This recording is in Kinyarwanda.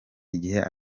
igihe